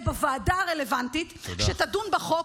בוועדה הרלוונטית שתדון בחוק,